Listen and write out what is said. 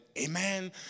Amen